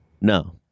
No